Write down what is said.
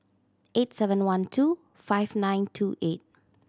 eight seven one two five nine two eight